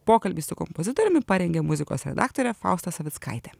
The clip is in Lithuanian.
pokalbį su kompozitoriumi parengė muzikos redaktorė fausta savickaitė